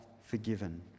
forgiven